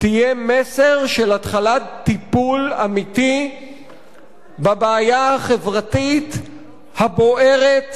תהיה מסר של התחלת טיפול אמיתי בבעיה החברתית הבוערת,